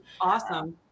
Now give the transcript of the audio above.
Awesome